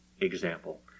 example